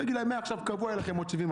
תגיד להם: מעכשיו קבוע יהיו לכם 70%,